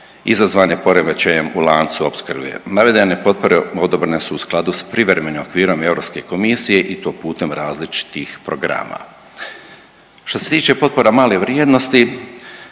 izazvane poremećajem u lancu opskrbe. Navedene potpore odobrene su u skladu s Privremenim okvirom Europske komisije i to putem različitih programa. Što se tiče potpora malih vrijednosti,